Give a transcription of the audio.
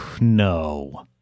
no